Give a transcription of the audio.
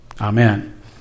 Amen